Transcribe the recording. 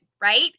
right